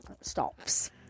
stops